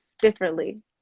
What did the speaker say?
differently